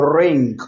ring